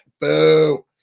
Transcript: Boo